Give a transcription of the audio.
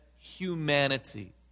humanity